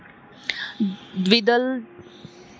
द्विदल धान्याच्या पिकाच्या वाढीसाठी यूरिया ची गरज रायते का?